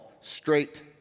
straight